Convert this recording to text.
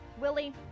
Willie